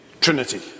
Trinity